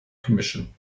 commission